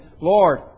Lord